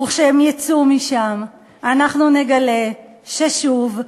וכשהם יצאו משם אנחנו נגלה ששוב,